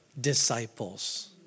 disciples